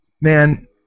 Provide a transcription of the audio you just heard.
man